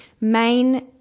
main